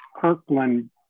Kirkland